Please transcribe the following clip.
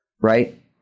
Right